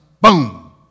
Boom